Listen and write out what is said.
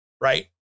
right